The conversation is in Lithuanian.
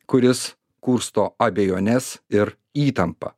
kuris kursto abejones ir įtampą